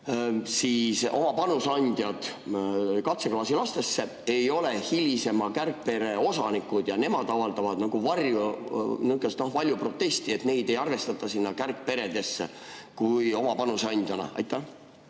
et oma panuse andjad katseklaasilastesse ei ole hilisema kärgpere osanikud ja nemad avaldavad valju protesti, et neid ei arvestata kärgperedesse oma panuse andjana? Aitäh!